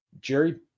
Jerry